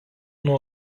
nuo